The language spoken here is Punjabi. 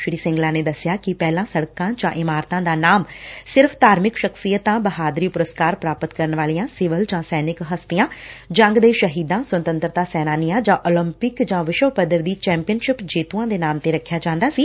ਸ੍ਰੀ ਸਿੰਗਲਾ ਨੇ ਦਸਿਆ ਕਿ ਪਹਿਲਾਂ ਸਤਕਾਂ ਦਾ ਇਮਾਰਤਾਂ ਦਾ ਨਾਮ ਸਿਰਫ਼ ਧਾਰਮਿਕ ਸਖ਼ਸੀਅਤਾਂ ਬਹਾਦਰੀ ਪੁਰਸਕਾਰ ਪ੍ਰਾਪਤ ਕਰਨ ਵਾਲੀਆਂ ਸਿਵਲ ਜਾਂ ਸੈਨਿਕ ਹਸਤੀਆਂ ਜੰਗ ਦੇ ਸ਼ਹੀਦਾਂ ਸੁਤੰਤਰਤਾ ਸੈਲਾਨੀਆਂ ਜਾਂ ਉਲੰਪਿਕ ਜਾਂ ਵਿਸ਼ਵ ਪੱਧਰ ਦੀ ਚੈਪੀਅਨਸ਼ਿਪ ਜੇਤੁਆਂ ਦੇ ਨਾਮ ਤੇ ਰਖਿਆ ਜਾਂਦਾ ਸੀ